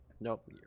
Nope